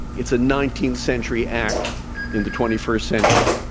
it's a nineteenth century act in the twenty first century.